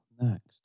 Next